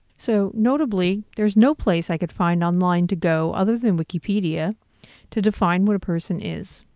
so, notably, there's no place i could find online to go other than wikipedia to define what a person is.